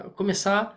começar